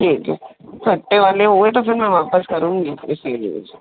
ठीक है खट्टे वाले हुए तो फिर मैं वापस करूँगी इसी लिए